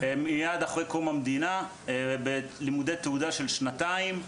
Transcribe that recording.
מיד אחרי קום המדינה בלימודי תעודה של שנתיים.